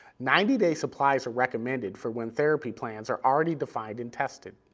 ninety day supplies are recommended for when therapy plans are already defined and tested.